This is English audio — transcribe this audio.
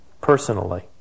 personally